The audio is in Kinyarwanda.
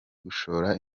gushora